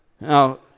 Now